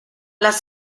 las